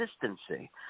consistency